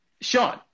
Sean